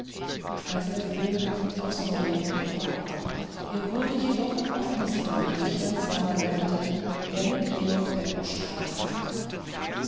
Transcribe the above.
meister floh geriet aufs neue in gefahr er wurde jedoch auch diesmal durch herrn swammer gerettet der mit george pepusch eintrat